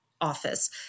office